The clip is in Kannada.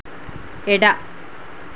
ಎಡ